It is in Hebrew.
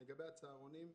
לגבי הצהרונים,